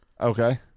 okay